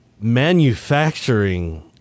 manufacturing